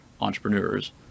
entrepreneurs